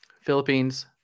Philippines